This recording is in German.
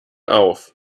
auf